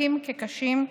רכים כקשים,